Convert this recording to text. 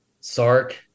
Sark